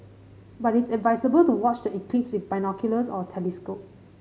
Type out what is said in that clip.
but it's advisable to watch the eclipse with binoculars or a telescope